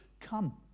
come